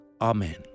Amen